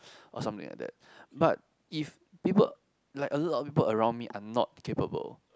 or something like but if people like a lot of people around me are not capable